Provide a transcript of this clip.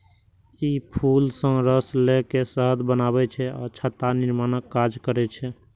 ई फूल सं रस लए के शहद बनबै छै आ छत्ता निर्माणक काज करै छै